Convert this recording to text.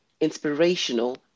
inspirational